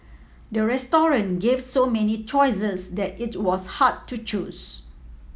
the restaurant gave so many choices that it was hard to choose